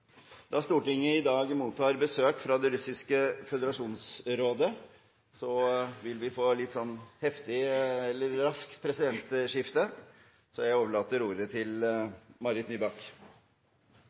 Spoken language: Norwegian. Da Stortinget i dag mottar besøk fra det russiske føderasjonsrådet, vil vi få et raskt presidentskifte, så jeg overlater ordet til